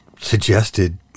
suggested